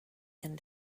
and